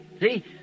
See